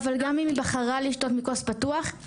אבל גם אם היא בחרה לשתות מכוס פתוחה,